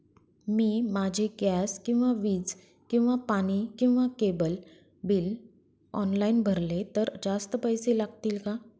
मी माझे गॅस किंवा वीज किंवा पाणी किंवा केबल बिल ऑनलाईन भरले तर जास्त पैसे लागतील का?